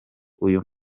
uyu